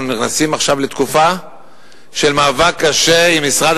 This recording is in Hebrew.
אנחנו נכנסים עכשיו לתקופה של מאבק קשה עם משרד